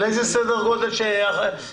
על איזה סדר גודל של אוכלוסייה?